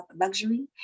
luxury